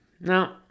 Now